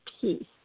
peace